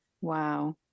Wow